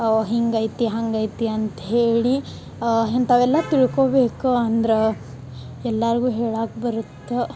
ಹೀಗೈತಿ ಹಾಗೈತಿ ಅಂತ ಹೇಳಿ ಇಂಥವೆಲ್ಲ ತಿಳ್ಕೊಬೇಕು ಅಂದ್ರ ಎಲ್ಲಾರಿಗು ಹೇಳಾಕ ಬರತ್ತ